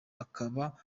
akaba